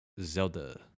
Zelda